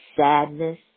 Sadness